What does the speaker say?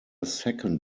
second